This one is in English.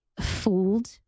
fooled